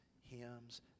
hymns